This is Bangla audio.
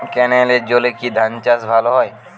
ক্যেনেলের জলে কি ধানচাষ ভালো হয়?